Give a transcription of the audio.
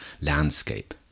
landscape